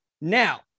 Now